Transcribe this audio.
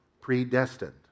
predestined